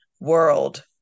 world